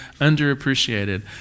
underappreciated